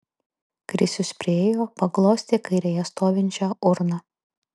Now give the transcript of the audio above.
krisius priėjo paglostė kairėje stovinčią urną